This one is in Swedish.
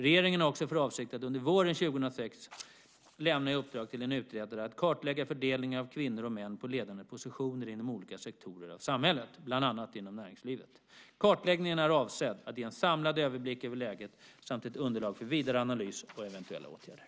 Regeringen har också för avsikt att under våren 2006 lämna i uppdrag till en utredare att kartlägga fördelningen av kvinnor och män på ledande positioner inom olika sektorer av samhället, bland annat inom näringslivet. Kartläggningen är avsedd att ge en samlad överblick över läget samt ett underlag för vidare analys och eventuella åtgärder.